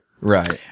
right